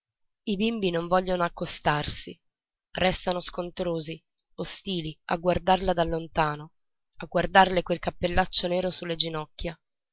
qua i bimbi non vogliono accostarsi restano scontrosi ostili a guardarla da lontano a guardarle quel cappellaccio nero su le ginocchia